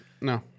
No